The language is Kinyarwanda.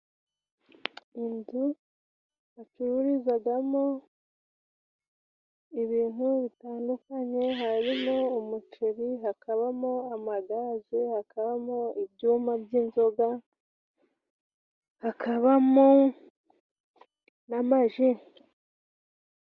Inzu bacururizagamo ibintu bitandukanye, harimo umuceri, hakabamo amagaze, hakabamo ibyuma by’inzoga, hakabamo n’amaji.